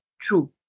true